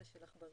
היא של עכברים,